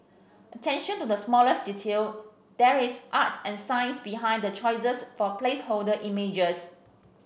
attention to the smallest detail there is art and science behind the choices for placeholder images